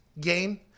game